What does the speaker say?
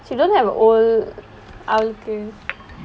she don't have old அவளுக்கு:avalakku